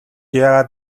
яагаад